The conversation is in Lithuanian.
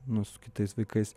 nu su kitais vaikais